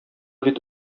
бит